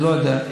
אני לא יודע.